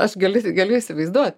aš galiu galiu įsivaizduot